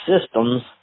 systems